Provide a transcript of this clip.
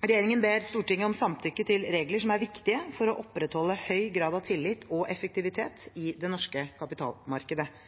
Regjeringen ber Stortinget om samtykke til regler som er viktige for å opprettholde en høy grad av tillit og effektivitet i det norske kapitalmarkedet.